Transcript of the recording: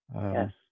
yes